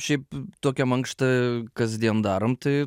šiaip tokią mankštą kasdien darom tai